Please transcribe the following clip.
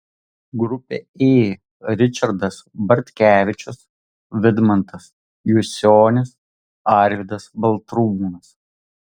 grupė ė ričardas bartkevičius vidmantas jusionis arvydas baltrūnas